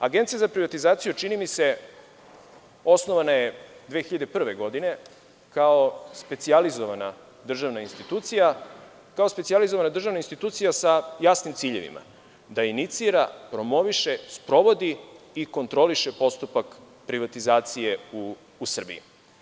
Agencija za privatizaciju je, čini mi se, osnovana 2001. godine kao specijalizovana državna institucija sa jasnim ciljevima, da inicira, promoviše, sprovodi i kontroliše postupak privatizacije u Srbiji.